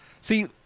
See